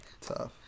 Tough